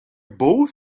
both